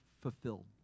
fulfilled